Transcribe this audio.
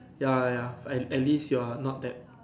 ya ya at at least you are not that